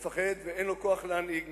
מפחד, ואין לו כוח להנהיג.